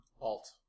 Alt